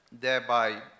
thereby